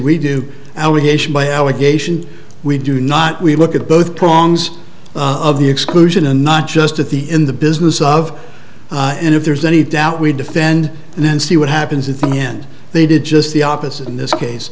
we do allegation by allegation we do not we look at both prongs of the exclusion and not just at the in the business of and if there's any doubt we defend and then see what happens if in the end they did just the opposite in this case